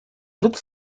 looks